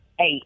Eight